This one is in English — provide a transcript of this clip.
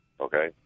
okay